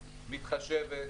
מתחשבת,